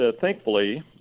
thankfully